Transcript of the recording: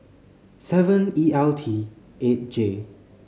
seven E L T eight J